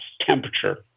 temperature